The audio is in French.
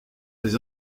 des